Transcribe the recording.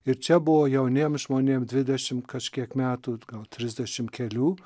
ir čia buvo jauniem žmonėm dvidešimt kažkiek metų gal trisdešim kelių